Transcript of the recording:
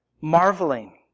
Marveling